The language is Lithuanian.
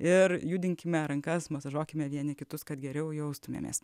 ir judinkime rankas masažuokime vieni kitus kad geriau jaustumėmės